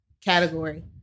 category